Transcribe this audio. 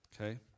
Okay